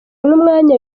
n’umwanya